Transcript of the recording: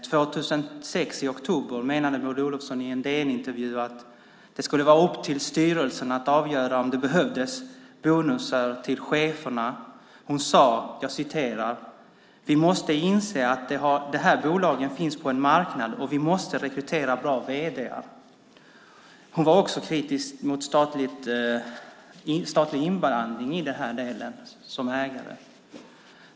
I oktober år 2006 menade Maud Olofsson i en DN-intervju att det skulle vara upp till styrelserna att avgöra om det behövdes bonusar till cheferna. Hon sade: "Vi måste inse att de här bolagen finns på en marknad och vi måste rekrytera bra vd:ar." Hon var också kritisk mot inblandning från staten som ägare i den här delen.